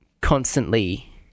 constantly